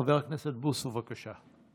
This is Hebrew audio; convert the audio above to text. חבר הכנסת בוסו, בבקשה.